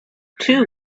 two